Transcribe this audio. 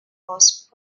post